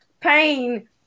pain